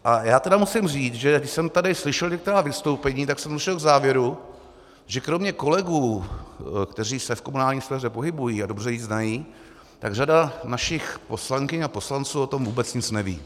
A já tedy musím říct, že když jsem tady slyšel některá vystoupení, tak jsem došel k závěru, že kromě kolegů, kteří se v komunální sféře pohybují a dobře ji znají, tak řada našich poslankyň a poslanců o tom vůbec nic neví.